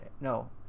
no